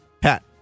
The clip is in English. Pat